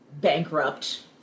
bankrupt